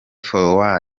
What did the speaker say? for